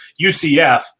UCF